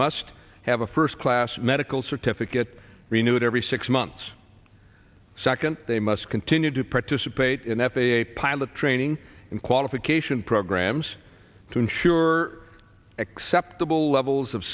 must have a first class medical certificate renewed every six months second they must continue to participate in f a a pilot training in qualification programs to ensure acceptable levels of